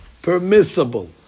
Permissible